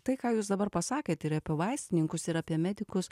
tai ką jūs dabar pasakėt ir apie vaistininkus ir apie medikus